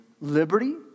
liberty